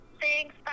Thanks